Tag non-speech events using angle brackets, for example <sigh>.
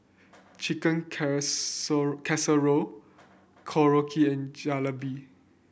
Chicken <unintelligible> Casserole Korokke and Jalebi